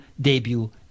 debut